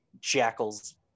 jackal's